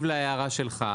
להערה שלך.